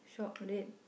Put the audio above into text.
shop lit